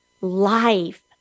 life